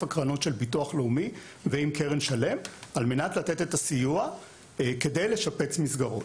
הקרנות של ביטוח לאומי ועם קרן שלם על מנת לתת את הסיוע כדי לשפץ מסגרות.